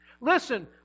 Listen